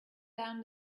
down